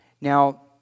Now